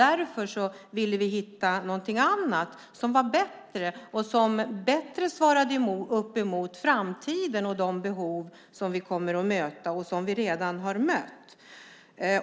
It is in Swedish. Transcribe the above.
Därför ville vi hitta något annat som var bättre och som bättre svarade mot framtidens behov - som vi redan har mött.